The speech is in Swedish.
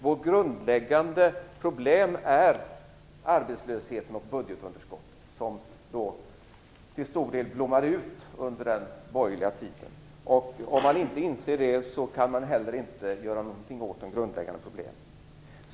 Våra grundläggande problem är arbetslösheten och budgetunderskottet som till stor del blommade ut under den borgerliga regeringstiden. Om man inte inser det, kan man inte heller göra någonting åt de grundläggande problemen.